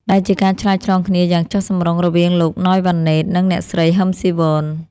ដែលជាការឆ្លើយឆ្លងគ្នាយ៉ាងចុះសម្រុងរវាងលោក ណូយ វ៉ាន់ណេត និងអ្នកស្រី ហ៊ឹម ស៊ីវន។